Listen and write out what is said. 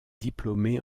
diplômé